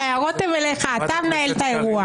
ההערות הן אליך, אתה מנהל את האירוע.